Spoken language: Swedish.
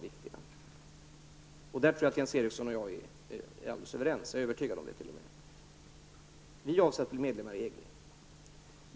Jag tror och är t.o.m. övertygad om att Jens Eriksson och jag är helt överens på den punkten. Vi avser att bli medlemmar i EG.